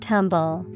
Tumble